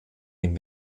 ihm